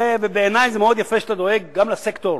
בעיני זה מאוד יפה שאתה דואג לסקטור